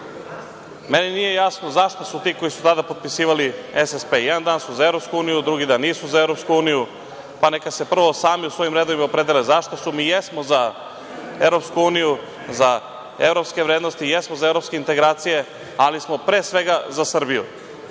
Meni nije jasno zašto su ti koji su potpisivali SSP, jedan dan su za EU, drugi dan nisu za EU, pa neka se prvo sami u svojim redovima opredele za šta su. Mi jesmo za EU, za evropske vrednosti, jesmo za evropske integracije, ali smo pre svega za Srbiju.